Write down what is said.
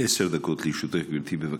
עשר דקות לרשותך, גברתי, בבקשה.